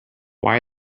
why